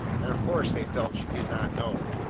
and of course they felt she did not know.